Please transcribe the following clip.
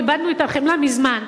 איבדנו את החמלה מזמן,